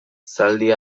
zaldi